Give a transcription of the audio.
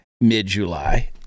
mid-July